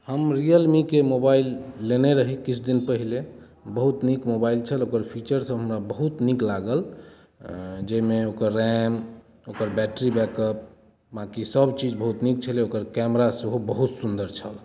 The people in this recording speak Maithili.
हम रियलमीके मोबाइल लेने रही किछु दिन पहिले बहुत नीक मोबाइल छल ओकर फीचर सब हमरा बहुत नीक लागल जाहिमे ओकर रैम ओकर बैटरी बैकअप बाँकी सब चीज बहुत नीक छलै ओकर कैमरा सेहो बहुत सुन्दर छल